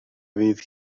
fydd